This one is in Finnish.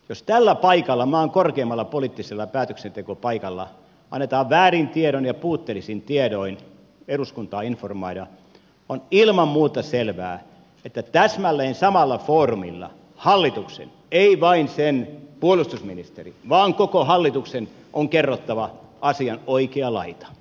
jos tällä paikalla maan korkeimmalla poliittisella päätöksentekopaikalla väärin tiedoin ja puutteellisin tiedoin eduskuntaa informoidaan on ilman muuta selvää että täsmälleen samalla foorumilla hallituksen ei vain sen puolustusministerin vaan koko hallituksen on kerrottava asian oikea laita